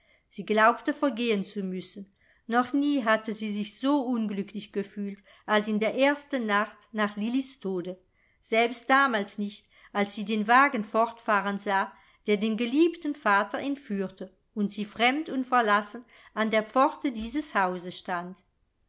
sie glaubte vergehen zu müssen noch nie hatte sie sich so unglücklich gefühlt als in der ersten nacht nach lillis tode selbst damals nicht als sie den wagen fortfahren sah der den geliebten vater entführte und sie fremd und verlassen an der pforte dieses hauses stand